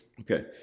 okay